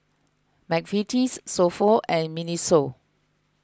Mcvitie's So Pho and Miniso